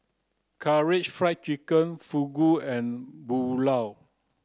Karaage Fried Chicken Fugu and Pulao